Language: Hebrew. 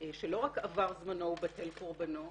שלא רק עבר זמנו ובטל קורבנו,